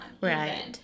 Right